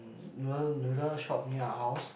noodle noodle shop near our house